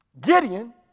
Gideon